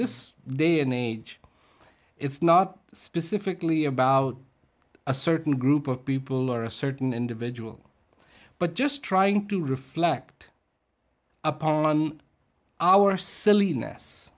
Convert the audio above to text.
this day and age it's not specifically about a certain group of people or a certain individual but just trying to reflect upon our silliness